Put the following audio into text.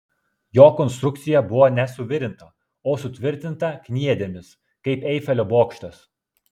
jo konstrukcija buvo ne suvirinta o sutvirtinta kniedėmis kaip eifelio bokštas